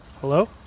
Hello